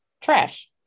trash